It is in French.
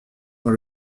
dans